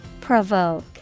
Provoke